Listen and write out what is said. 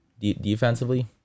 defensively